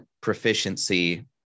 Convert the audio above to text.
proficiency